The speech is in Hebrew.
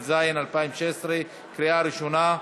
התשע"ז 2016, קריאה ראשונה.